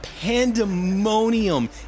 pandemonium